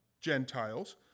Gentiles